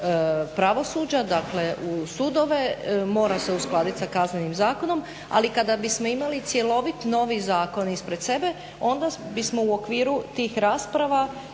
pravosuđa, dakle u sudove. Mora se uskladiti sa Kaznenim zakonom. Ali kada bismo imali cjelovit novi zakon ispred sebe onda bismo u okviru tih rasprava